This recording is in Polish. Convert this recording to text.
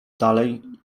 dalej